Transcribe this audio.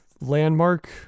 landmark